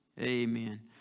amen